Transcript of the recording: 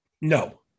No